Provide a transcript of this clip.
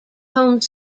home